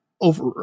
over